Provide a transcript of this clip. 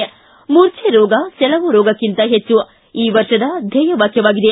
ಮೂರ್ಛೆ ರೋಗ ಸೆಳವು ರೋಗಕ್ಕಿಂತ ಹೆಚ್ಚು ಈ ವರ್ಷದ ಧ್ಯೇಯವಾಕ್ಯವಾಗಿದೆ